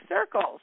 circles